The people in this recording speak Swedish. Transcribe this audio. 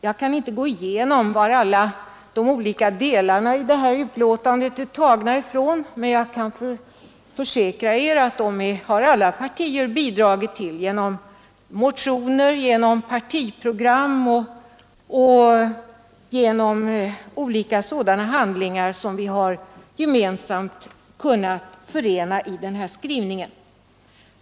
Jag kan inte gå igenom varifrån alla de olika delarna i utlåtandet är tagna, men jag kan försäkra att alla partier har bidragit genom motioner, partiprogram och olika sådana handlingar, som vi gemensamt har kunnat förena i skrivningen.